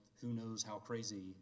who-knows-how-crazy